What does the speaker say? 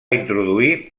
introduir